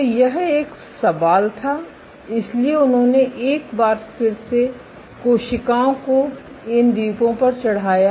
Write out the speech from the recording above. तो यह एक सवाल था इसलिए उन्होंने एक बार फिर से कोशिकाओं को इन द्वीपों पर चढ़ाया